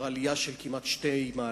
עלייה של כבר כמעט 2 מעלות,